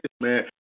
man